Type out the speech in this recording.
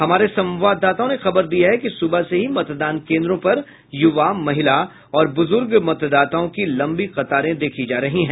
हमारे संवाददाताओं ने खबर दी है कि सुबह से ही मतदान केंद्रों पर युवा महिला और बुज़ुर्ग मतदाताओं की लंबी कतारें देखी जा रही है